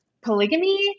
polygamy